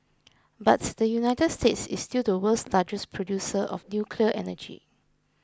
but the United States is still the world's largest producer of nuclear energy